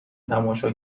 تماشا